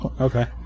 okay